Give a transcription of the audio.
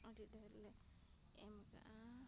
ᱟᱹᱰᱤ ᱰᱷᱮᱨ ᱞᱮ ᱮᱢ ᱠᱟᱜᱼᱟ